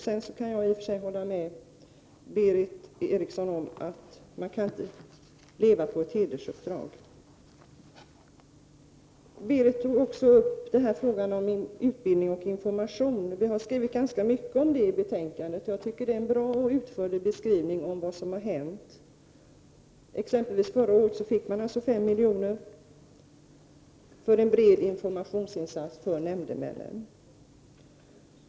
Sedan kan jag i och för sig hålla med Berith Eriksson om att man inte kan leva på ett hedersuppdrag. Berith Eriksson tog också upp frågan om utbildning och information. Vi har skrivit ganska mycket om det i betänkandet, och jag tycker att det är en bra och utförlig beskrivning av vad som har hänt. Förra året fick man exempelvis 5 milj.kr. till en bred informationsinsats för nämndemännen.